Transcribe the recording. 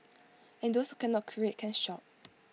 and those can not create can shop